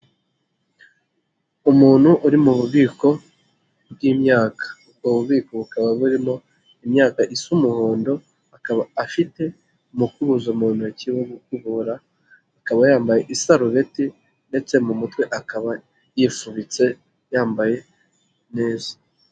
Umuntu uri mu bubiko bw'imyaka, ubwo bubiko bukaba burimo imyaka isa umuhondo ,akaba afite umukuzo mu ntoki arimo gukubura, akaba yambaye isarubeti ,ndetse mu mutwe akaba yifubitse yambaye neza.